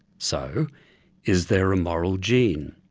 so is there a moral gene?